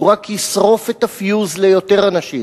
היא רק תשרוף את הפיוז ליותר אנשים,